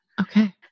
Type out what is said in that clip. Okay